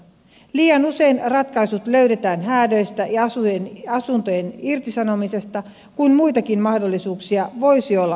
liian usein ratkaisut löydetään häädöistä ja asuntojen irtisanomisesta kun muitakin mahdollisuuksia voisi olla olemassa